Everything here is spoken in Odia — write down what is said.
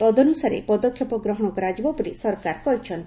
ତଦନୁସାରେ ପଦକ୍ଷେପ ଗ୍ରହଶ କରାଯିବ ବୋଲି ସରକାର କହିଛନ୍ତି